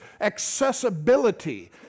accessibility